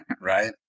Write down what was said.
right